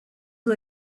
who